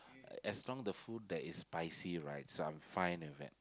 as long as the food that is spicy right so I'm fine with it